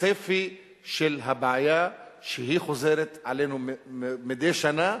בצפי של הבעיה, שהיא חוזרת אצלנו מדי שנה,